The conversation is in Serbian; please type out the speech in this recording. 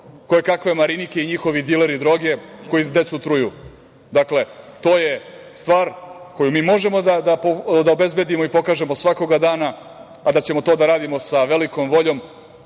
koje kakve Marinike i njihovi dileri droge koji decu truju. Dakle, to je stvar koju mi možemo da obezbedimo i pokažemo svakoga dana, a da ćemo to da radimo sa velikom voljom,